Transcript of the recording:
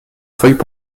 feuille